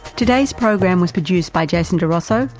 today's program was produced by jason di rosso,